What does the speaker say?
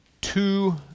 two